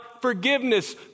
forgiveness